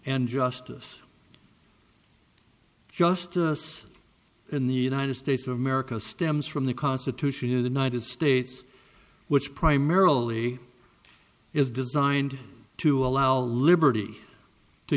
and justice justice in the united states of america stems from the constitution in the united states which primarily is designed to allow liberty to